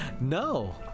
no